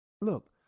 Look